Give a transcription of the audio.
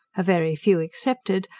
a very few excepted,